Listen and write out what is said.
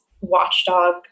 watchdog